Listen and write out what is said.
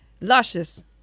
luscious